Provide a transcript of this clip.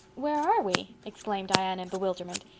where are we? exclaimed diana in bewilderment.